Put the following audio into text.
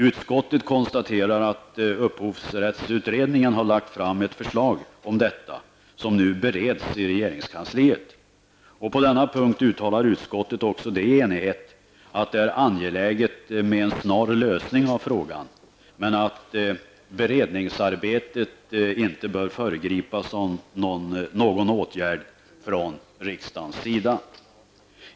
Utskottet konstaterar att upphovsrättsutredningen har lagt fram ett förslag om detta som nu bereds i regeringskansliet. På denna punkt uttalar utskottet -- också detta i enighet -- att det är angeläget med en snar lösning av frågan men att beredningsarbetet inte bör föregripas av någon åtgärd från riksdagens sida.